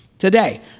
today